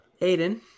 Aiden